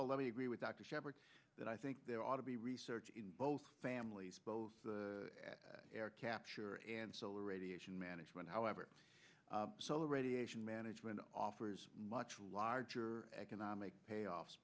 all let me agree with dr sheppard that i think there ought to be research in both families both at air capture and solar radiation management however solar radiation management offers much larger economic payoffs